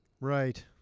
Right